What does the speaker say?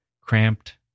cramped